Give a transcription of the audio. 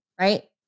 right